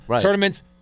tournaments